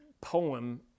poem